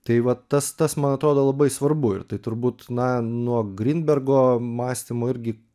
tai vat tas tas man atrodo labai svarbu ir tai turbūt na nuo grinbergo mąstymo irgi